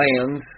lands